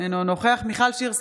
אינו נוכח מיכל שיר סגמן,